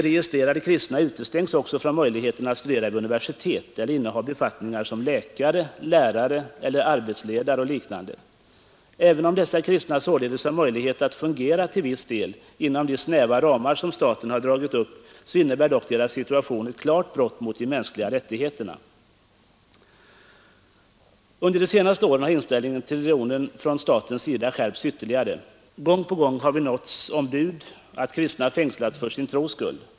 Registrerade kristna utestängs också från möjligheten att studera vid universitet eller inneha befattningar som läkare, lärare eller arbetsledare och liknande. Även om dessa kristna således har möjlighet att fungera till viss del, inom de snäva ramar som staten har dragit upp, så innebär dock deras situation ett klart brott mot de mänskliga rättigheterna. Under de senaste åren har inställningen till religionen från statens sida skärpts ytterligare. Gång på gång har vi nåtts av bud om att kristna fängslats för sin tros skull.